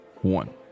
one